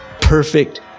perfect